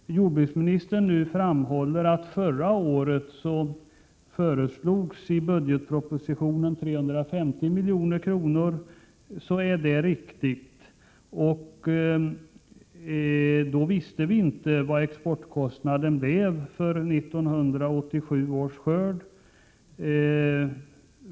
Jordbruksministern framhåller att det i förra årets budgetproposition föreslogs 350 milj.kr., och det är riktigt. Då visste vi inte vad exportkostnaden skulle bli för 1987 års skörd.